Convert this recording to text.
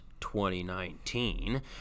2019